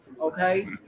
okay